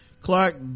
Clark